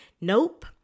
Nope